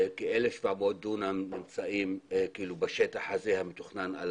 כ-1,700 דונם נמצאים בשטח הזה המתוכנן.